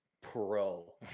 pro